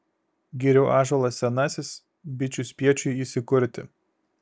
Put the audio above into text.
girių ąžuolas senasis bičių spiečiui įsikurti